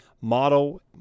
model